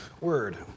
word